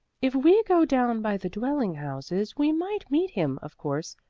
if we go down by the dwelling-houses we might meet him, of course,